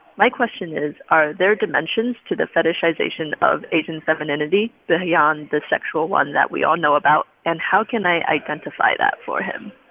my question is, are there dimensions to the fetishization of asian femininity beyond the sexual one that we all know about, and how can i identify that for him?